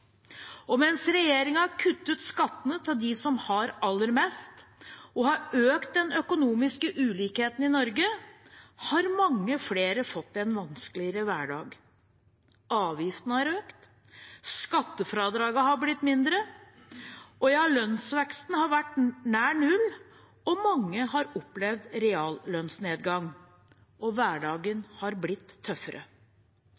Og mens regjeringen har kuttet skattene til dem som har aller mest, og har økt den økonomiske ulikheten i Norge, har mange flere fått en vanskeligere hverdag. Avgiftene har økt, skattefradraget har blitt mindre, lønnsveksten har vært nær null, og mange har opplevd reallønnsnedgang – og hverdagen